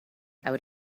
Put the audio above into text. out